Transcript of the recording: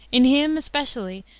in him, especially,